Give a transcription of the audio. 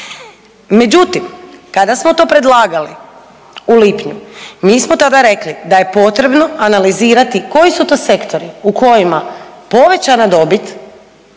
Međutim kada smo to predlagali u lipnju mi smo tada rekli da je potrebno analizirati koji su to sektori u kojima povećana dobit